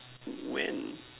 when